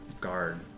guard